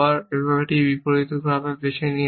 আমরা একটি বিপরীত ক্রম বেছে নিয়েছি